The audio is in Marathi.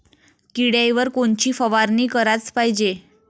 किड्याइवर कोनची फवारनी कराच पायजे?